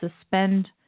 suspend